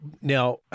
now